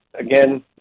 again